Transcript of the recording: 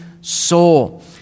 soul